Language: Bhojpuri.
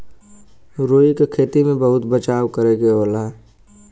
रुई क खेती में बहुत बचाव करे के होला